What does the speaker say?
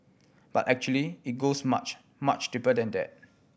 but actually it goes much much deeper than that